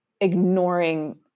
ignoring